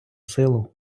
силу